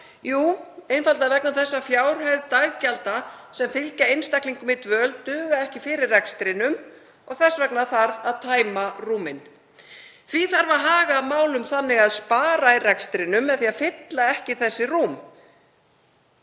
Jú, einfaldlega vegna þess að fjárhæð daggjalda sem fylgja einstaklingum í dvöl dugar ekki fyrir rekstrinum og þess vegna þarf að tæma rúmin. Því þarf að haga málum þannig að spara í rekstrinum með því að fylla ekki þessi rúm.